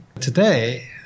Today